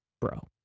bro